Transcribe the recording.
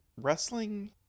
Wrestling